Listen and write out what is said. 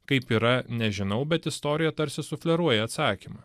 kaip yra nežinau bet istorija tarsi sufleruoja atsakymą